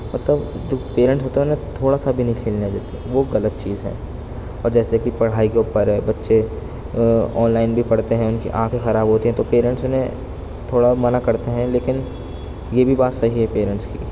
مطلب جو پیرنٹ ہوتا ہے نا تھوڑا سا بھی نہیں کھیلنے دیتے وہ غلط چیز ہے اب جیسے کہ پڑھائی کے اوپر ہے بّچے آن لائن بھی پڑھتے ہیں ان کی آنکھیں خراب ہوتی ہیں تو پیرنٹس انہیں تھوڑا منع کرتے ہیں لیکن یہ بھی بات صحیح ہے پیرنٹس کی